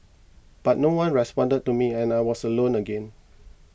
but no one responded to me and I was alone again